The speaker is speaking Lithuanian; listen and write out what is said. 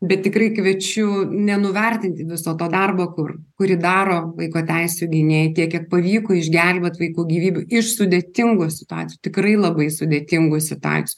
bet tikrai kviečiu nenuvertinti viso to darbo kur kurį daro vaiko teisių gynėjai tiek kiek pavyko išgelbėt vaikų gyvybių iš sudėtingų situacijų tikrai labai sudėtingų situacijų